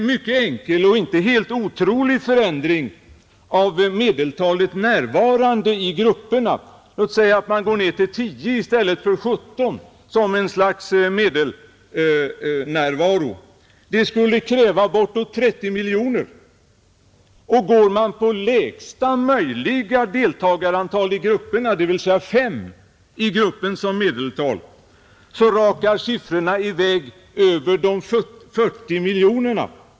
En inte helt otrolig förändring av medeltalet närvarande i grupperna — låt oss säga 10 i stället för 17 i medeltal — skulle ge ett belopp på bortåt 30 miljoner. Och om vi utgår från lägsta möjliga deltagarantal i grupperna, dvs. fem, så rakar summan i väg bortåt 40 miljoner.